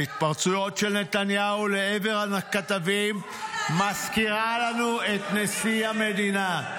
--- ההתפרצויות של נתניהו לעבר הכתבים מזכירות לנו את נשיא המדינה.